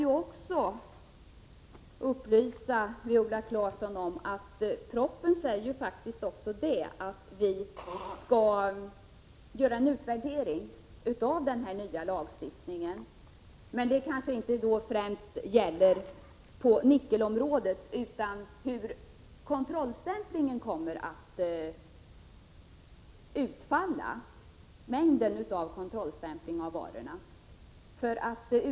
Sedan kan jag upplysa Viola Claesson om att det i propositionen faktiskt också sägs att vi skall göra en utvärdering av den nya lagstiftningen. Den gäller kanske inte främst nickel, utan hur omfattande kontrollstämplingen av varorna kommer att bli.